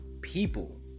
people